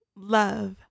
Love